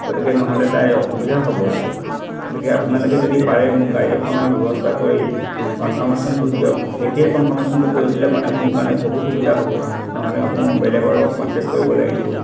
গতিকে ন'হলে তাইৰ অসুবিধা হ'ব গতিকে আপোনালোকে যদি পাৰে মোক গাড়ী এখনৰ ব্যৱস্থা কৰি কনফাৰ্মেশ্যনটো দিয়ক এতিয়াই কনফাৰ্মেশ্যনটো কৰি দিলে মানে মোৰ কাৰণে বহুত সুবিধা হ'ব নহ'লে আকৌ মই বেলেগৰ লগত কণ্টেক্ট কৰিব লাগিব